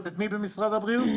הבריאות.